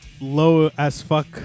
low-as-fuck